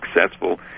successful